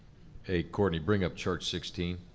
hey, courtney, bring up chart sixteen.